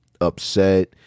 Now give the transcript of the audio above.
upset